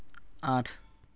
আঠ